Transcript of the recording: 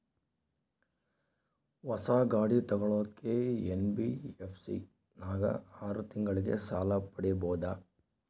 ಹೊಸ ಗಾಡಿ ತೋಗೊಳಕ್ಕೆ ಎನ್.ಬಿ.ಎಫ್.ಸಿ ನಾಗ ಆರು ತಿಂಗಳಿಗೆ ಸಾಲ ಪಡೇಬೋದ?